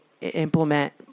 implement